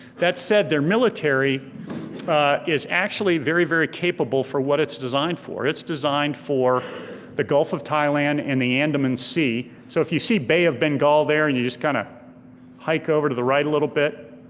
that said, their military is actually very, very capable for what it's designed for, it's designed for the gulf of thailand and the andaman and and sea, so if you see bay of bengal there and you just kind of hike over to the right a little bit,